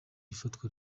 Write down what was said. ifatwa